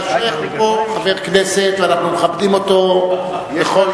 השיח' הוא פה חבר כנסת, ואנחנו מכבדים אותו בכל,